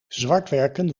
zwartwerken